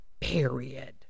period